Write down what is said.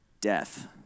Death